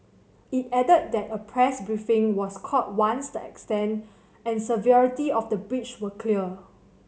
it added that a press briefing was called once the extent and severity of the breach were clear